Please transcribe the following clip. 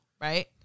right